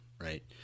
right